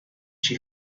she